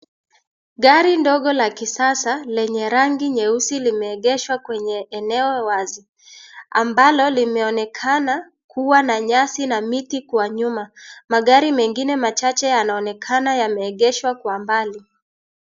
Gari ndogo la kisasa lenye rangi nyeusi limeegezwa kwenye eneo wazi, ambalo imeonekana kuwa na nyasi na miti kwa nyuma. Magari mengine machache yanaonekana yameegeshwa kwa mbali.